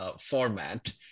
format